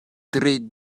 tre